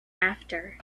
after